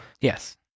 Yes